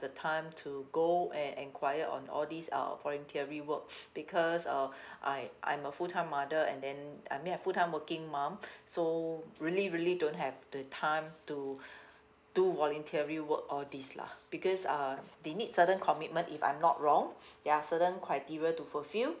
the time to go and enquire on all these uh voluntary work because uh I I'm a full time mother and then I mean a full time working mum so really really don't have the time to do voluntary work all these lah because uh they need certain commitment if I'm not wrong there are certain criteria to fulfill